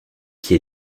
qui